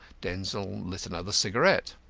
denzil lit another cigarette.